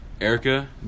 Erica